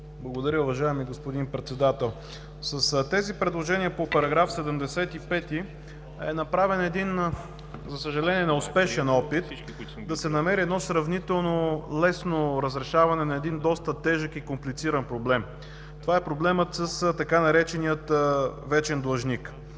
Благодаря, уважаеми господин Председател. С тези предложения по § 75 е направен един, за съжаление, неуспешен опит да се намери сравнително лесно разрешаване на доста тежък и комплициран проблем. Това е проблемът с така наречения „вечен длъжник“.